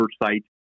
oversight